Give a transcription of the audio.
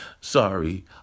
sorry